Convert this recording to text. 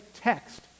text